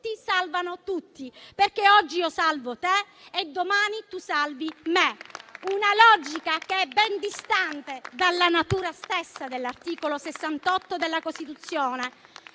salvano tutti, perché oggi io salvo te e domani tu salvi me. È una logica che è ben distante dalla natura stessa dell'articolo 68 della Costituzione,